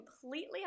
completely